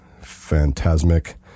phantasmic